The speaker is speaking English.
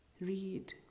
read